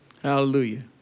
Hallelujah